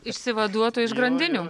išsivaduotų iš grandinių